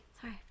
sorry